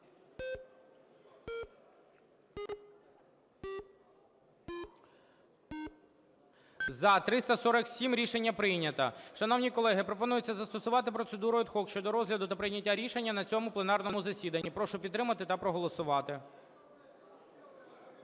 За-347 Рішення прийнято. Шановні колеги, пропонується застосувати процедуру ad hoc щодо розгляду та прийняття рішення на цьому пленарному засіданні. Прошу підтримати та проголосувати.